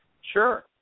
Sure